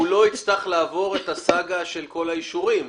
הוא לא יצרך לעבור את הסאגה של האישורים.